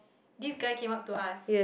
this guy came up to us